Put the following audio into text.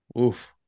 Oof